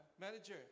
manager